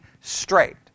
straight